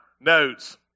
notes